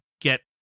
get